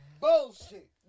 bullshit